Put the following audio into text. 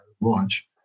launch